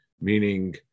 meaning